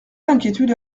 d’inquiétude